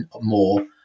more